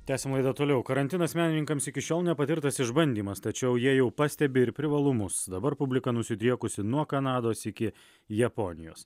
tęsiam laidą toliau karantinas menininkams iki šiol nepatirtas išbandymas tačiau jie jau pastebi ir privalumus dabar publika nusidriekusi nuo kanados iki japonijos